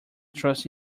trust